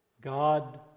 God